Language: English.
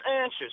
answers